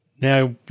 now